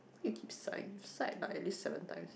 you keep sighing you sighed like at least seven times